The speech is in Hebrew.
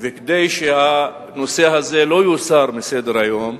וכדי שהנושא הזה לא יוסר מסדר-היום,